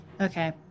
okay